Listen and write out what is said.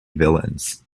villains